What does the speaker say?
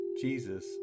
Jesus